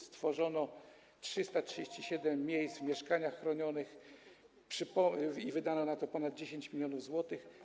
Stworzono 337 miejsc w mieszkaniach chronionych i wydano na to ponad 10 mln zł.